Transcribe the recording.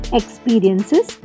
experiences